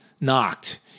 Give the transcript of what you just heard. knocked